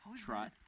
Try